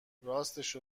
راستشو